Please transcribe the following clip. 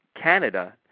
Canada